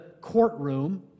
courtroom